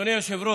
אדוני היושב-ראש,